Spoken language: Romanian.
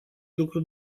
lucru